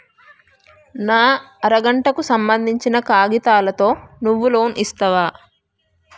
నా అర గంటకు సంబందించిన కాగితాలతో నువ్వు లోన్ ఇస్తవా?